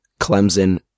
Clemson